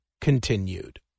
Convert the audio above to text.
continued